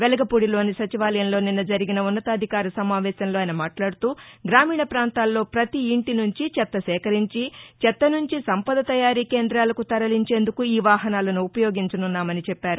వెలగపూడిలోని సచివాలయంలో నిన్న జరిగిన ఉన్నతాధికార సమావేశంలో ఆయన మాట్లాడుతూగామీణ పాంతాల్లో పతి ఇంటి నుంచి చెత్త సేకరించి చెత్త నుంచి సంపద తయారీ కేందాలకు తరలించేందుకు ఈవాహనాలను ఉపయోగించనున్నామని చెప్పారు